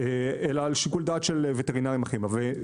אלא על שיקול דעת של וטרינרים אחרים.